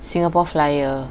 singapore flyer